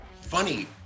funny